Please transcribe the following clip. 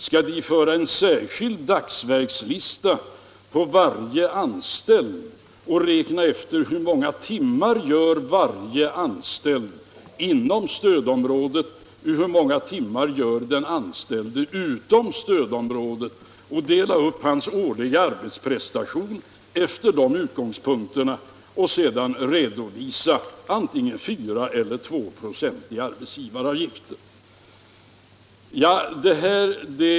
Skall de föra en särskild dagsverkslista på varje anställd och räkna efter hur många timmar varje anställd gör per år inom resp. utom det inre stödområdet och sedan redovisa antingen 2 96 eller 4 96 i arbetsgivaravgift för dessa arbetsprestationer?